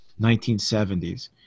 1970s